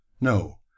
No